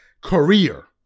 career